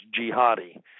jihadi